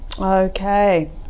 okay